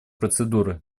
процедуры